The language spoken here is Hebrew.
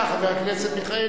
בבקשה, חבר הכנסת מיכאלי,